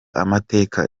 amateka